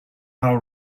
how